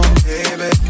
baby